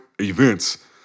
events